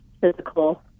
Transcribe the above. physical